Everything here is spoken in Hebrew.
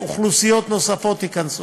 אוכלוסיות נוספות ייכנסו.